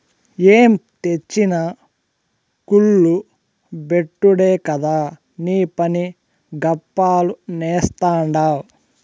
ఏం తెచ్చినా కుల్ల బెట్టుడే కదా నీపని, గప్పాలు నేస్తాడావ్